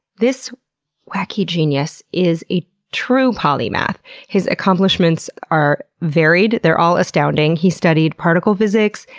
this wacky genius is a true polymath his accomplishments are varied, they're all astounding. he studied particle physics,